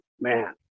man